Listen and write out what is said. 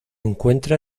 encuentra